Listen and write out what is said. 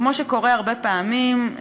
כמו שקורה הרבה פעמים,